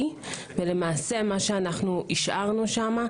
ולמעשה מה שהשארנו שם,